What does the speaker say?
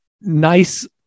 nice